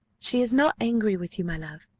she is not angry with you, my love,